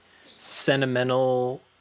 sentimental